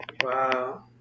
Wow